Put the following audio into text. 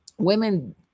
Women